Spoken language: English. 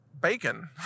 bacon